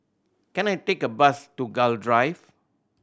can I take a bus to Gul Drive